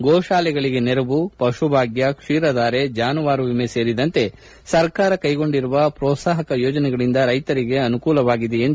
ಗೋತಾಲೆಗಳಿಗೆ ನೆರವು ಪಶುಭಾಗ್ಯ ಕ್ಷೀರಧಾರೆ ಜಾನುವಾರು ವಿಮೆ ಸೇರಿದಂತೆ ಸರ್ಕಾರ ಕೈಗೊಂಡಿರುವ ಪ್ರೋತ್ಸಾಹಕ ಯೋಜನೆಗಳಿಂದ ರೈತರಿಗೆ ಅನುಕೂಲವಾಗಿದೆ ಎಂದು ಹೇಳಿದರು